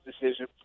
decision